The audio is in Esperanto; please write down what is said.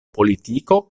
politiko